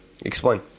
Explain